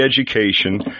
education